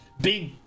big